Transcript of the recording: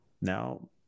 Now